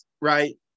right